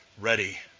ready